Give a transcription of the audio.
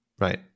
Right